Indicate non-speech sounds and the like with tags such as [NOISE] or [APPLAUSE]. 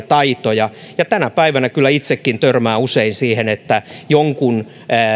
[UNINTELLIGIBLE] taitoja tänä päivänä kyllä itsekin törmään usein siihen että jonkun